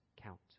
count